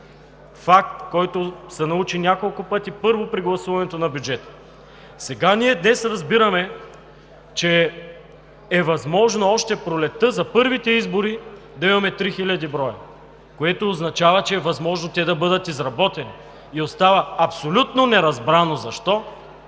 Факт, който се научи няколко пъти, първо при гласуването на бюджета. Сега ние разбираме, че е възможно още пролетта, за първите избори да имаме 3000 броя, което означава, че е възможно те да бъдат изработени. Остава абсолютно неразбрано защо